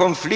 Ofta